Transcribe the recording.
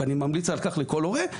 ואני ממליץ על כך לכל הורה,